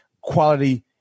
Quality